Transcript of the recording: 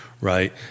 right